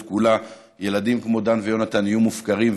כולה ילדים כמו דן ויונתן יהיו מופקרים,